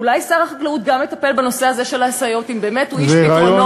אולי שר החקלאות גם יטפל בנושא הזה של הסייעות אם באמת הוא איש פתרונות?